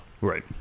right